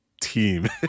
team